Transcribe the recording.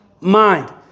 mind